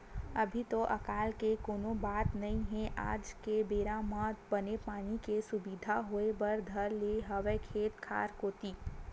अभी तो अकाल के कोनो बात नई हे आज के बेरा म बने पानी के सुबिधा होय बर धर ले हवय खेत खार कोती